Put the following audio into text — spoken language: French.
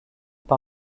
par